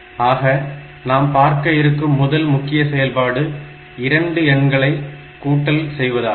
ஆக நாம் பார்க்க இருக்கும் முதல் முக்கிய செயல்பாடு 2 எண்களை கூட்டல் செய்வதாகும்